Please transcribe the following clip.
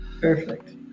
Perfect